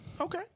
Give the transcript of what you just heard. Okay